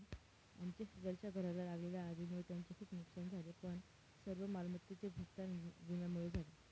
आमच्या शेजारच्या घराला लागलेल्या आगीमुळे त्यांचे खूप नुकसान झाले पण सर्व मालमत्तेचे भूगतान विम्यामुळे झाले